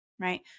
right